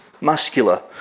muscular